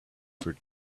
for